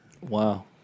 Wow